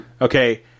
Okay